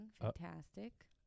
fantastic